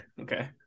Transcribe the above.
Okay